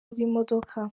rw’imodoka